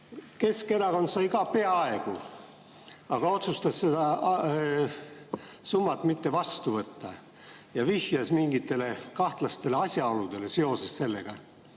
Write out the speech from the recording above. Keskerakond sai ka peaaegu, aga otsustas seda summat mitte vastu võtta ja vihjas mingitele kahtlastele asjaoludele seoses sellega